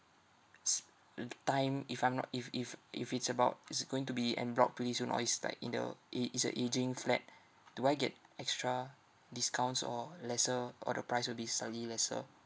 s~ l~ time if I'm not if if if it's about it's going to be en bloc pretty soon or it's like in the a~ it's a aging flat do I get extra discounts or lesser or the price will be slightly lesser